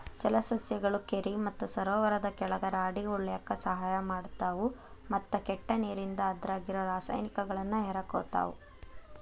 ಜಲಸಸ್ಯಗಳು ಕೆರಿ ಮತ್ತ ಸರೋವರದ ಕೆಳಗ ರಾಡಿ ಉಳ್ಯಾಕ ಸಹಾಯ ಮಾಡ್ತಾವು, ಮತ್ತ ಕೆಟ್ಟ ನೇರಿಂದ ಅದ್ರಾಗಿರೋ ರಾಸಾಯನಿಕಗಳನ್ನ ಹೇರಕೋತಾವ